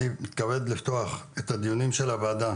אני מתכבד לפתוח את הדיונים של הוועדה